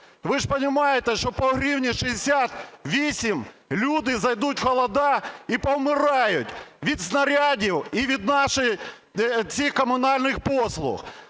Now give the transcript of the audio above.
ви ж понимаете, що по 1 гривні 68. Люди зайдуть в холоди і повмирають від снарядів і від наших цих комунальних послуг.